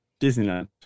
Disneyland